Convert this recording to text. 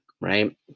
right